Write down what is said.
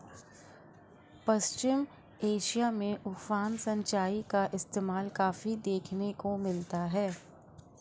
पश्चिम Asia में उफान सिंचाई का इस्तेमाल काफी देखने को मिलता है